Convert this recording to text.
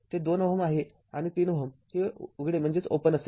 ते २Ω आहे आणि ३Ω हे उघडे असेल